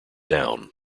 down